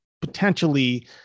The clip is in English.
potentially